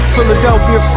Philadelphia